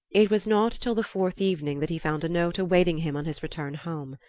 it was not till the fourth evening that he found a note awaiting him on his return home.